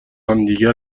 همدیگر